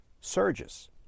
surges